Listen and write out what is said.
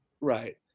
right